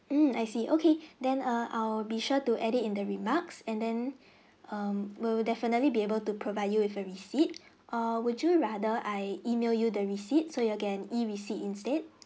mm I see okay then err I'll be sure to add it in the remarks and then um we'll definitely be able to provide you with a receipt or would you rather I email you the receipt so you'll get an e receipt instead